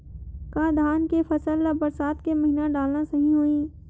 का धान के फसल ल बरसात के महिना डालना सही होही?